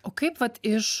o kaip vat iš